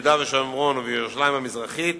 מוחלטת ביהודה ושומרון ובירושלים המזרחית